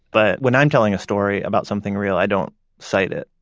but when i'm telling a story about something real, i don't cite it.